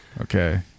okay